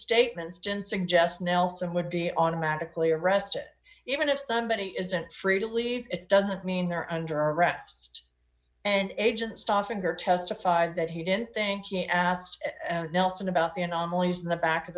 statements didn't suggest nelson would be automatically arrested even if somebody isn't free to leave it doesn't mean they're under arrest and agent stop finger testified that he didn't think he asked nelson about the anomalies in the back of